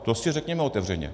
To si řekněme otevřeně.